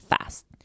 fast